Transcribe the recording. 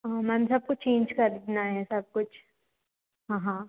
हाँ मैम सब कुछ चेंज करना है सब कुछ हाँ हाँ